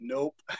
Nope